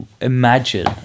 imagine